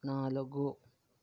నాలుగు